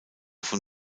von